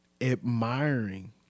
admiring